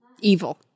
evil